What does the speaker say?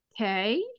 okay